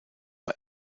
bei